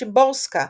שימבורסקה,